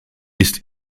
ist